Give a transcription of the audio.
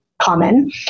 common